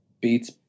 beats